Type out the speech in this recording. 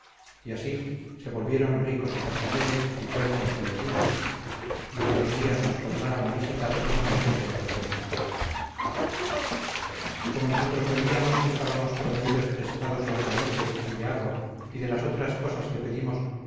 y así se volvieron ricos de cascabeles y cuentas que les dimos y otros días nos tornaron a visitar con lo mismo que otras veces como nosotros veíamos que estábamos proveídos de pescados y de raíces y de agua y de las otras cosas que pedimos